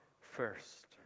first